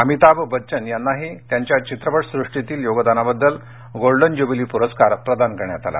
अमिताभ बच्चन यांनाही त्यांच्या चित्रपट सृष्टीतील योगदानाबद्दल गोल्डन ज्य्बिली प्रस्कार प्रदान करण्यात आला